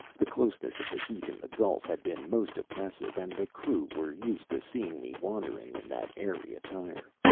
the closeness of the heat in the gulf had been most oppressive, and the crew were used to seeing me wandering in that airy attire.